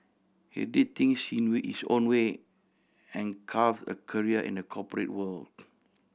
he did things in his own way and carve a career in the corporate world